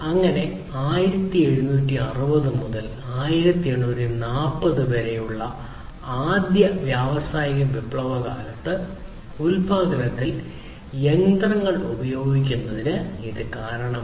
അങ്ങനെ 1760 മുതൽ 1840 വരെയുള്ള ആദ്യ വ്യാവസായിക വിപ്ലവകാലത്ത് ഉൽപാദനത്തിൽ യന്ത്രങ്ങൾ ഉപയോഗിക്കുന്നതിന് ഇത് കാരണമായി